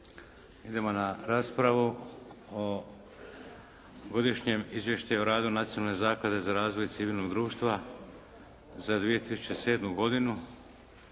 Idemo na raspravu. - Godišnje izvješće o radu Nacionalne zaklade za razvoj civilnog društva za 2007. godinu,